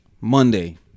monday